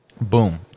Boom